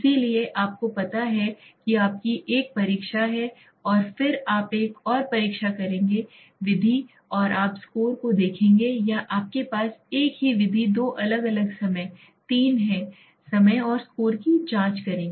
इसलिए आपको पता है कि आपकी एक परीक्षा है और फिर आप एक और परीक्षा करेंगे विधि और आप स्कोर को देखेंगे या आपके पास एक ही विधि दो अलग अलग समय 3 है समय और स्कोर की जाँच करें